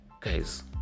guys